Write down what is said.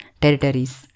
territories